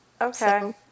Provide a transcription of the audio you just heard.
Okay